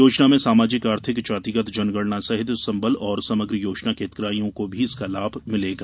योजना में सामाजिक आर्थिक जातिगत जनगणना सहित संबल और समग्र योजना के हितग्राहियों को भी इसका लाभ मिलेगा